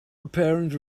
apparent